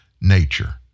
nature